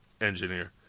engineer